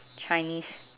chinese